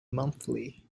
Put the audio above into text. monthly